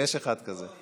ויש אחד כזה,